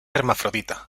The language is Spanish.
hermafrodita